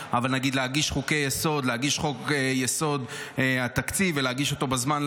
הייתה חוות דעת של שגית מלפני ארבעה חודשים שאומרת בפירוש אחרת.